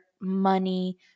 money